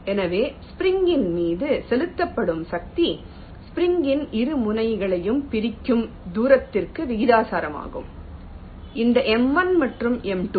எனவே ஸ்ப்ரிங் ன் மீது செலுத்தப்படும் சக்தி ஸ்ப்ரிங் ன் இரு முனைகளையும் பிரிக்கும் தூரத்திற்கு விகிதாசாரமாகும் இந்த m1 மற்றும் m2